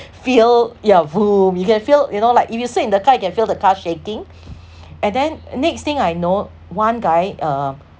feel yeah voom you can feel you know like if you sit in the car you can feel the car shaking and then next thing I know one guy uh